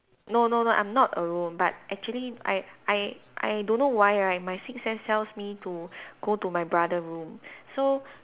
no no no I'm not alone but actually I I I don't know why right my sixth sense tells me to go to my brother room so